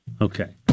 Okay